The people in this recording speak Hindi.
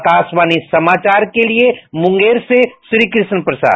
आकाशवाणी समाचार के लिये मुंगेर से श्रीकृष्ण प्रसाद